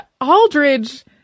Aldridge